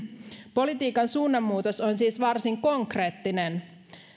politiikan suunnanmuutos on siis varsin konkreettinen